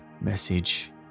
message